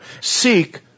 Seek